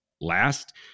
last